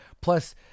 Plus